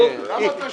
ברור.